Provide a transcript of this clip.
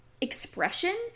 expression